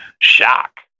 shock